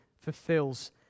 fulfills